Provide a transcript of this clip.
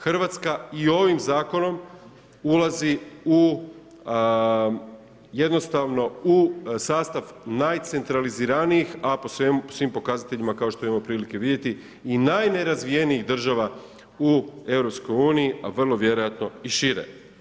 Hrvatska i ovim zakonom ulazi u jednostavno u sastav najcentraliziranijih a po svim pokazateljima kao što imamo prilike vidjeti i najnerazvijenijih država u Europskoj uniji, a vrlo vjerojatno i šire.